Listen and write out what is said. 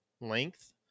length